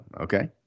okay